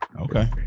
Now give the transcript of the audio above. okay